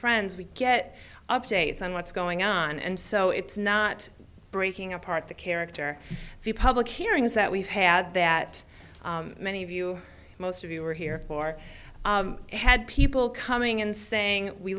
friends we get updates on what's going on and so it's not breaking apart the character the public hearings that we've had that many of you most of you were here for had people coming in saying we